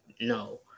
No